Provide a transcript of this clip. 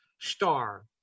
star